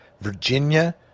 Virginia